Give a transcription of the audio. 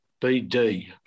BD